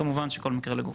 כמובן שכל מקרה לגופו.